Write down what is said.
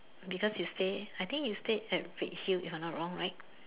because you stay I think you stayed at Redhill if I'm not wrong right